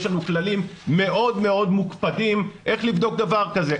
יש לנו כללים מאוד מאוד מוקפדים איך לבדוק דבר כזה,